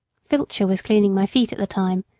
filcher was cleaning my feet at the time,